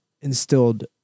instilled